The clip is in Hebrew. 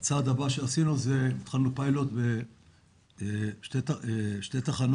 הצעד הבא שעשינו זה שהתחלנו פיילוט בשתי תחנות.